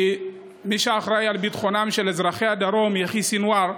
כי מי שאחראי לביטחונם של אזרחי הדרום הוא יחיא סינוואר,